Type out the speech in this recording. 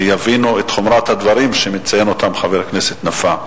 שיבינו את חומרת הדברים שמציין חבר הכנסת נפאע.